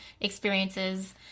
experiences